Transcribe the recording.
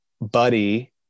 buddy